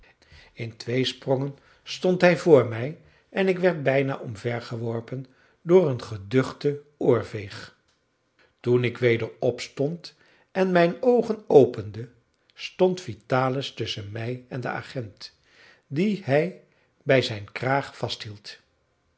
in twee sprongen stond hij voor mij en ik werd bijna omver geworpen door een geduchten oorveeg toen ik weder opstond en mijn oogen opende stond vitalis tusschen mij en den agent dien hij bij zijn kraag vasthield